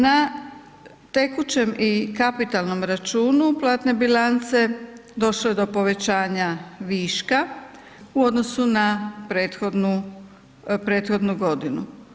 Na tekućem i kapitalnom računu platne bilance došlo je do povećanja viška u odnosu na prethodnu, prethodnu godinu.